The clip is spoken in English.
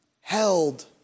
held